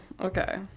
Okay